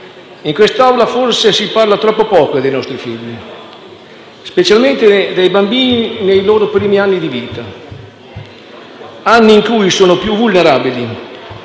in quest'Aula forse si parla troppo poco dei nostri figli, specialmente dei bambini nei loro primi anni di vita, anni in cui sono più vulnerabili,